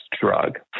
drug